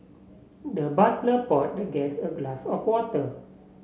the butler poured the guest a glass of water